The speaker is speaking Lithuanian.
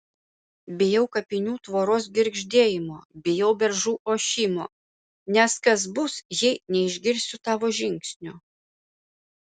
bijau kapinių tvoros girgždėjimo bijau beržų ošimo nes kas bus jei neišgirsiu tavo žingsnių